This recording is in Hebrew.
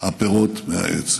הפירות מהעץ.